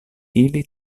ili